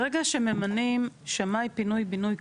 ברגע שממנים שמאי פינוי בינוי,